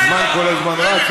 הזמן כל הזמן רץ,